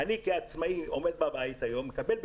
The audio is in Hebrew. אני כעצמאי נמצא היום בבית ומקבל בקושי,